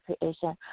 creation